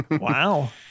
Wow